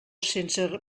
sense